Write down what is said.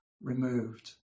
removed